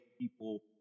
people